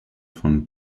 von